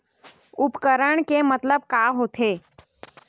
उपकरण के मतलब का होथे?